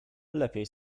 lepiej